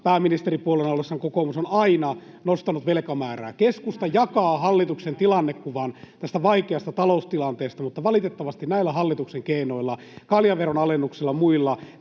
pääministeripuolueena ollessaan kokoomus on aina nostanut velkamäärää. Keskusta jakaa hallituksen tilannekuvan tästä vaikeasta taloustilanteesta, mutta valitettavasti näillä hallituksen keinoilla, kaljaveron alennuksella ja muilla,